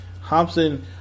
Hobson